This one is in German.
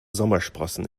sommersprossen